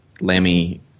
Lamy